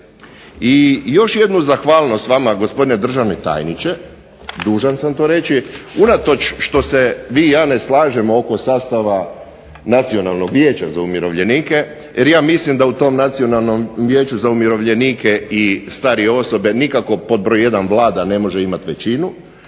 I još jednu zahvalnost vama gospodine državni tajniče, dužan sam to reći, unatoč što se vi i ja ne slažemo oko sastava Nacionalnog vijeća za umirovljenike, jer ja mislim da u tom Nacionalnom vijeću za umirovljenike i starije osobe nikako pod broj jedan Vlada ne može imati većinu,